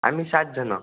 आम्ही सात जणं